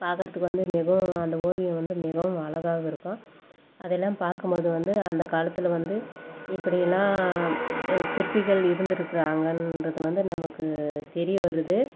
பார்க்கறதுக்கு வந்து மிகவும் அந்த ஓவியம் வந்து மிகவும் அழகாக இருக்கும் அதல்லாம் பார்க்கும்போது வந்து அந்த காலத்தில் வந்து இப்படிலாம் சிற்பிகள் இருந்திருக்காங்கன்றது வந்து நமக்கு தெரிய வருது